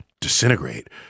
Disintegrate